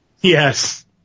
Yes